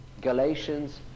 galatians